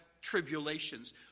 Tribulations